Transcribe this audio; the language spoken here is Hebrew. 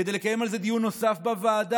כדי לקיים על זה דיון נוסף בוועדה,